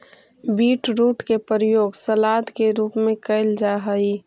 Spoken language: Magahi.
बीटरूट के प्रयोग सलाद के रूप में कैल जा हइ